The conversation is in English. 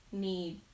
need